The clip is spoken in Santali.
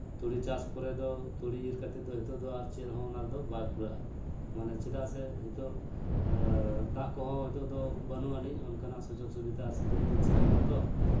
ᱛᱩᱲᱤ ᱪᱟᱥ ᱯᱚᱨᱮ ᱫᱚ ᱛᱩᱲᱤ ᱤᱨ ᱠᱟᱛᱮᱫ ᱫᱚ ᱱᱤᱛᱚᱜ ᱫᱚ ᱟᱨ ᱪᱮᱫ ᱦᱚᱸ ᱦᱤᱛᱚᱜ ᱫᱚ ᱟᱨ ᱪᱮᱫ ᱦᱚᱸ ᱚᱱᱟ ᱨᱮᱫᱚ ᱵᱟᱭ ᱠᱩᱲᱟᱹᱜᱼᱟ ᱢᱟᱱᱮ ᱪᱮᱫᱟᱜ ᱥᱮ ᱱᱤᱛᱚᱜ ᱫᱟᱜ ᱠᱚᱦᱚᱸ ᱱᱤᱛᱚᱜ ᱫᱚ ᱵᱟᱹᱱᱩᱜ ᱟᱹᱱᱤᱡ ᱚᱱᱠᱟᱱᱟᱜ ᱥᱩᱡᱳᱜ ᱥᱩᱵᱤᱫᱷᱟ ᱥᱤᱛᱩᱝ ᱫᱤᱱ ᱥᱮᱴᱮᱨᱱᱟ ᱛᱚ